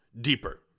deeper